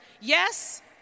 Yes